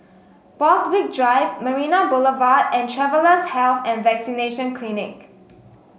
Borthwick Drive Marina Boulevard and Travellers' Health and Vaccination Clinic